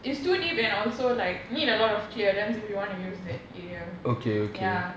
it's too deep and also like need a lot of clearance if you want to use that area ya